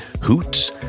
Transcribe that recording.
Hoots